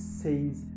says